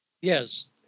Yes